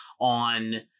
on